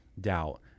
doubt